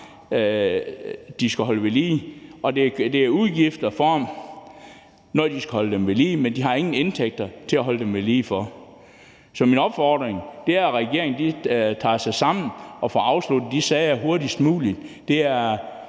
de skal holde ved lige. Og det er en udgift for dem at holde farmene ved lige, men de har ingen indtægter til at holde dem ved lige for. Så min opfordring er, at regeringen tager sig sammen og får afsluttet de sager hurtigst muligt.